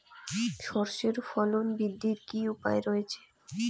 সর্ষের ফলন বৃদ্ধির কি উপায় রয়েছে?